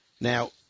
Now